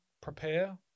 Prepare